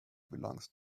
belongs